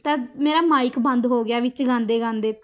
ਤਾਂ ਮੇਰਾ ਮਾਇਕ ਬੰਦ ਹੋ ਗਿਆ ਵਿੱਚ ਗਾਉਂਦੇ ਗਾਉਂਦੇੇ